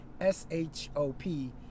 S-H-O-P